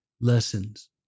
lessons